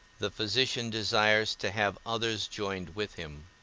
the physician desires to have others joined with him.